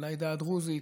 לעדה הדרוזית,